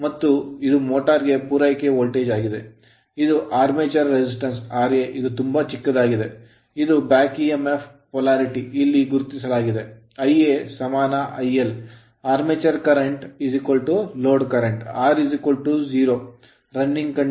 ಮತ್ತು ಇದು motor motor ಗೆ ಪೂರೈಕೆ ವೋಲ್ಟೇಜ್ ಆಗಿದೆ ಇದು armature armature resistance resistance ra ಇದು ತುಂಬಾ ಚಿಕ್ಕದಾಗಿದೆ ಇದು back emf back EMF polarity ಧ್ರುವೀಯತೆಯನ್ನು ಇಲ್ಲಿ ಗುರುತಿಸಲಾಗಿದೆ Ia ಸಮಾನ IL armature current armature current Load current load current r 0 running condition running condition ನಲ್ಲಿ